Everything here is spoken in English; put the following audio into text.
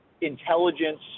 intelligence